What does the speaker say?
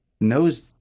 Knows